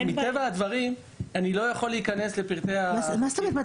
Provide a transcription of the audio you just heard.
מטבע הדברים אני לא יכול להיכנס לפרטים -- מה זאת אומרת?